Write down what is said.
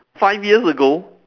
five years ago